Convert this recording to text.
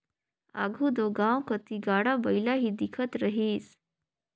आघु दो गाँव कती गाड़ा बइला ही दिखत रहिस